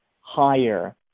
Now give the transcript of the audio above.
higher